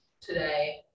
today